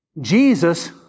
Jesus